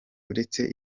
uretse